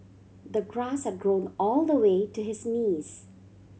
the grass had grown all the way to his knees